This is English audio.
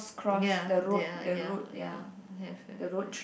ya there are ya ya have have have